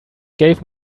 gave